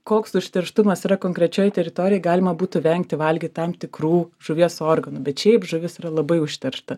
koks užterštumas yra konkrečioj teritorijoj galima būtų vengti valgyt tam tikrų žuvies organų bet šiaip žuvis yra labai užteršta